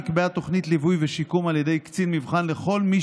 נקבעה תוכנית ליווי ושיקום על ידי קצין מבחן לכל מי